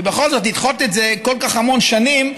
כי בכל זאת, לדחות את זה כל כך, המון שנים,